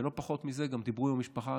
ולא פחות מזה, גם דיברו עם המשפחה.